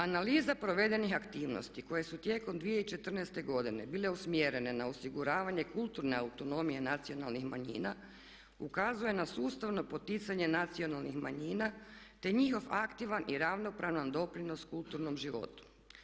Analiza provedenih aktivnosti koje su tijekom 2014. godine bile usmjerene na osiguravanje kulturne autonomije nacionalnih manjina ukazuje na sustavno poticanje nacionalnih manjina te njihov aktivan i ravnopravan doprinos kulturnom životu.